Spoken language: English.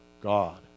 God